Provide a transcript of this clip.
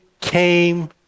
came